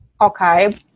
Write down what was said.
Okay